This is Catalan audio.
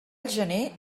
gener